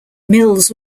mills